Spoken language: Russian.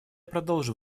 продолжу